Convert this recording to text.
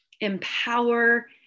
empower